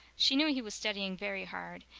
she knew he was studying very hard,